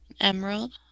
Emerald